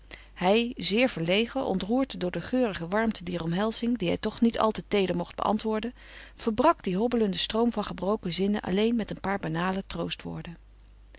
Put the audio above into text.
hij zeer verlegen ontroerd door de geurige warmte dier omhelzing die hij toch niet al te teeder mocht beantwoorden verbrak dien hobbelenden stroom van gebroken zinnen alleen met een paar banale